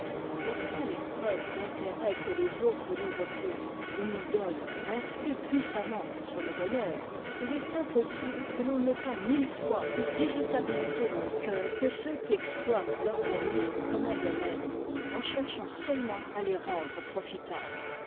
mais quand les preuves d'intérêt que les autres nous refusent ou nous donnent influent puissamment sur le bonheur il est impossible que l'on n'ait pas mille fois plus d'irritabilité dans le coeur que ceux qui exploitent leurs amis comme un domaine en cherchant seulement à les rendre profitables